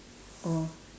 oh